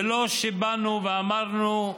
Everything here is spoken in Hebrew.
זה לא שבאנו ואמרנו: